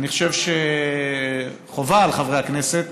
אני חושב שחובה על חברי הכנסת